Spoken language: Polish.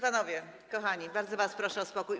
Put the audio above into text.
Panowie kochani, bardzo was proszę o spokój.